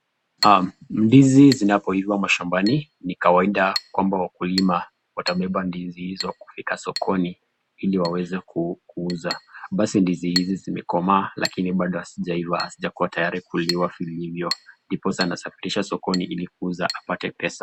Ndizi zinapoiva mashambani ni kawaida kwamba wakulima watabeba ndizi hizo kufika sokoni Ili waweze kuuza, pasi ndizi Hizi zimekomaa na pia Bado hazijaiva hazijakuwa tayari kuiva vilivyo ndipoza anafikisha sokoni Ili kuuza apate pesa.